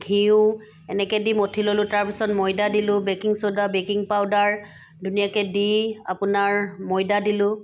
ঘিউ এনেকৈ দি মঠি ল'লোঁ তাৰ পিছত মৈদা দিলোঁ বেকিং চ'দা বেকিং পাউদাৰ ধুনীয়াকৈ দি আপোনাৰ ময়দা দিলোঁ